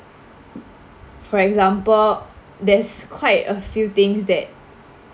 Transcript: for example there's quite a few things that